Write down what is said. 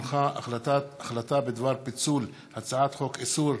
הונחה החלטה בדבר פיצול הצעת חוק איסור